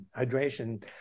Hydration